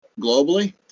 globally